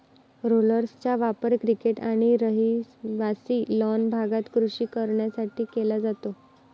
रोलर्सचा वापर क्रिकेट आणि रहिवासी लॉन भागात कृषी कारणांसाठी केला जातो